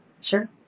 Sure